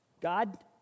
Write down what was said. God